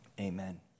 Amen